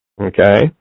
Okay